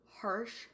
harsh